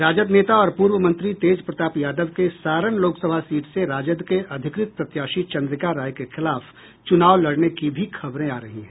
राजद नेता और पूर्व मंत्री तेज प्रताप यादव के सारण लोकसभा सीट से राजद के अधिकृत प्रत्याशी चन्द्रिका राय के खिलाफ चुनाव लड़ने की भी खबरें े आ रही हैं